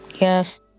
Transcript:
Yes